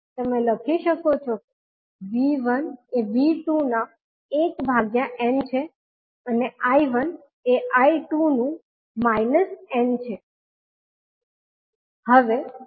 તમે લખી શકો છો કે V1 એ V2 ના 1 ભાગ્યા n છે અને I1 એ I2 નું માઇનસ n છે